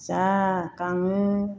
जा गाङो